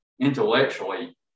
intellectually